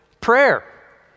prayer